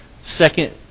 second